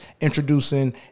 introducing